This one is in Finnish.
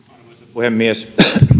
puhemies